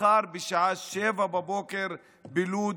מחר בשעה 07:00 בלוד,